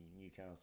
Newcastle